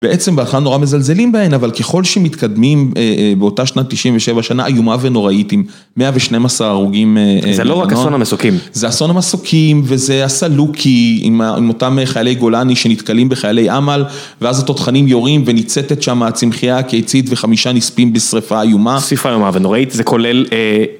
בעצם בהתחלהה נורא מזלזלים בהן, אבל ככל שמתקדמים באותה שנת 97, שנה איומה ונוראית עם 112 הרוגים. זה לא רק אסון המסוקים. זה אסון המסוקים וזה הסלוקי עם אותם חיילי גולני שנתקלים בחיילי אמל, ואז התותחנים יורים וניצתת שם הצמחייה הקייצית וחמישה ניספים בשריפה איומה. שריפה איומה ונוראית, זה כולל...